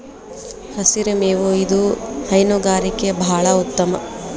ಹಸಿರು ಮೇವು ಇದು ಹೈನುಗಾರಿಕೆ ಬಾಳ ಉತ್ತಮ